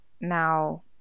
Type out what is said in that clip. Now